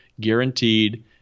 guaranteed